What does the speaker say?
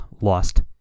lost